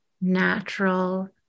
natural